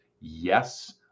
yes